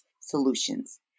Solutions